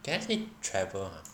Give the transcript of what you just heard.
can I say travel ah